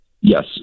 Yes